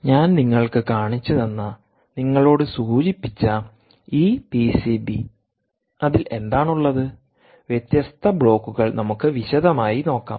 ഞാൻ നിങ്ങൾക്ക് കാണിച്ചുതന്നനിങ്ങളോട് സൂചിപ്പിച്ച ഈ പിസിബി അതിൽ എന്താണ് ഉള്ളത് വ്യത്യസ്ത ബ്ലോക്കുകൾ നമുക്ക് വിശദമായി നോക്കാം